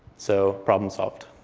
so problem solved.